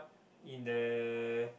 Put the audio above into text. in the